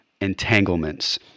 entanglements